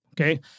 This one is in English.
Okay